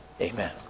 Amen